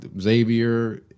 Xavier